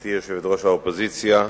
גברתי יושבת-ראש האופוזיציה,